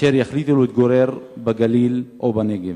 אשר יחליטו להתגורר בגליל או בנגב.